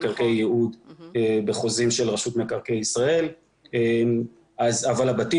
מקרקעי ייעוד בחוזים של רשות מקרקעי ישראל אבל הבתים